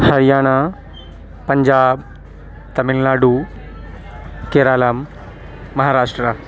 Haryana Punjab Tamil Nadu Kerala Maharashtra